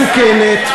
מסוכנת.